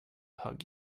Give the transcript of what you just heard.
hug